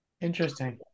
Interesting